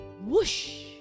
whoosh